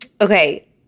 Okay